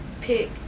pick